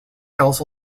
also